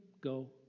go